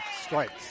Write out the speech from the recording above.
strikes